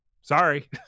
sorry